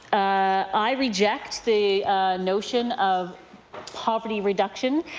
i reject the notion of poverty reduction,